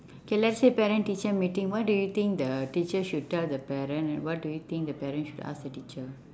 okay let's say parent teacher meeting what do you think the teacher should tell the parent and what do you think the parent should ask the teacher